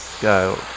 Go